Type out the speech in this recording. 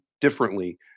differently